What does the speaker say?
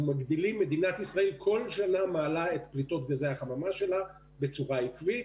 מדינת ישראל כל שנה מעלה את פליטות גזי החממה שלה בצורה עקבית